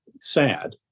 sad